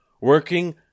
working